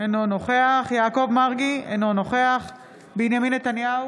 אינו נוכח יעקב מרגי, אינו נוכח בנימין נתניהו,